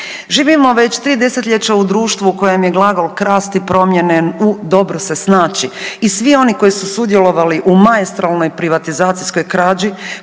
Živimo već tri desetljeća u društvu u kojem je glagol krasti promijenjen u dobro se snaći i svi oni koji su sudjelovali u maestralnoj privatizacijskoj krađi,